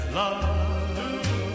love